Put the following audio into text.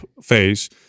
phase